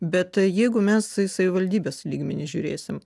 bet jeigu mes į savivaldybės lygmenį žiūrėsim